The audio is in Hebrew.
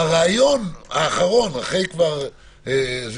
בראיון האחרון נאמר עליו: